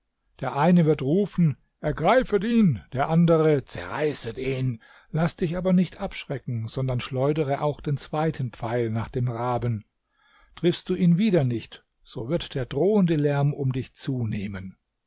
der eine wird rufen ergreifet ihn der andere zerreißet ihn laß dich aber nicht abschrecken sondern schleudere auch den zweiten pfeil nach dem raben triffst du ihn wieder nicht so wird der drohende lärm um dich zunehmen